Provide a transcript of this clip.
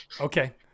Okay